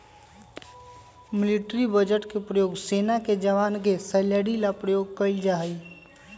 military budget के प्रयोग सेना के जवान के सैलरी ला प्रयोग कइल जाहई